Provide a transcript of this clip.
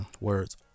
Words